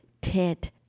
Ted